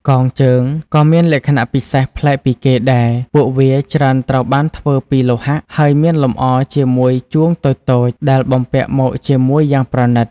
កងជើង ក៏មានលក្ខណៈពិសេសប្លែកពីគេដែរ។ ពួកវាច្រើនត្រូវបានធ្វើពីលោហៈ ហើយមានលម្អជាមួយ ជួងតូចៗ ដែលបំពាក់មកជាមួយយ៉ាងប្រណីត។